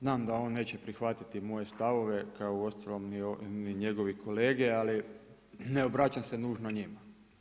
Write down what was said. Znam da on neće prihvatiti moje stavove kao ni uostalom ni njegovi kolege ali ne obraćam se nužno njima.